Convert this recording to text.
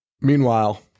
Meanwhile